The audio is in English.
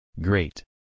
Great